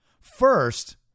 First